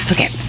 Okay